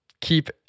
keep